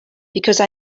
because